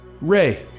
Ray